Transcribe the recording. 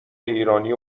ایرانی